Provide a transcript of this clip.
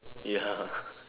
ya